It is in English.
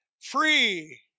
free